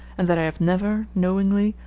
and that i have never, knowingly,